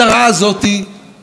מה אתם מציעים שיבוא?